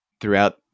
throughout